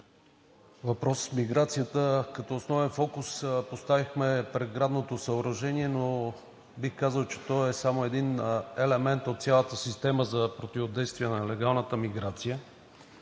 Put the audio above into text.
въпроса с миграцията като основен фокус поставихме преградното съоръжение, но бих казал, че то е само един елемент от цялата система за противодействие на легалната миграция.